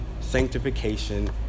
sanctification